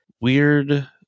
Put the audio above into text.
weird